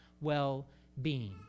well-being